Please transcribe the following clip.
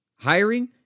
Hiring